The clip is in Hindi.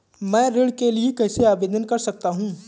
मैं ऋण के लिए कैसे आवेदन कर सकता हूं?